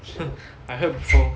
I heard before